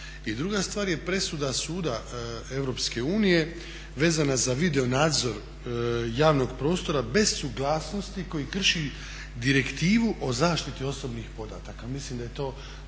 druga stvar, je presuda suda EU vezana za videonadzor javnog prostora bez suglasnosti koji krši direktivi o zaštiti osobnih podataka. Mislim da je to